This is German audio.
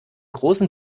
großen